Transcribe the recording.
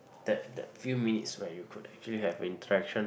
that that few minutes where you could actually have interaction